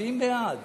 מצביעים בעד.